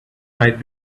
might